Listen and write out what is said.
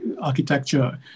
architecture